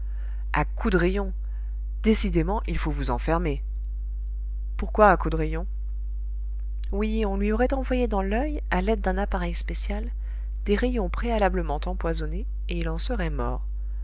a coups de rayons décidément il faut vous enfermer pourquoi à coups de rayons oui on lui aurait envoyé dans l'oeil à l'aide d'un appareil spécial des rayons préalablement empoisonnés et il en serait mort